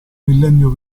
millennio